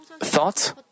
thoughts